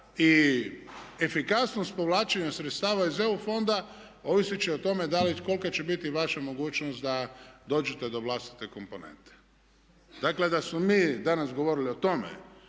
i efikasnost povlačenja sredstva iz EU fonda ovisiti će o tome kolika će biti vaša mogućnost da dođete do vlastite komponente. Dakle da smo mi danas govorili o tome,